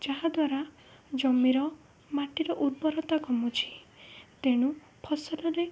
ଯାହାଦ୍ୱାରା ଜମିର ମାଟିର ଉର୍ବରତା କମୁଛି ତେଣୁ ଫସଲରେ